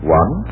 one